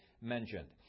mentioned